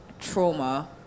trauma